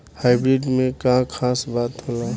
Hybrid में का खास बात होला?